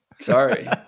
Sorry